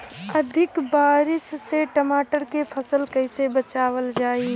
अधिक बारिश से टमाटर के फसल के कइसे बचावल जाई?